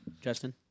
Justin